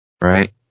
Right